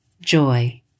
joy